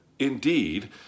Indeed